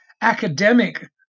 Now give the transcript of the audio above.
academic